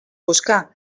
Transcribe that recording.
buscar